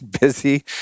busy